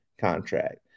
contract